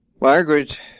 Margaret